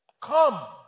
come